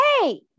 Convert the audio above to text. hey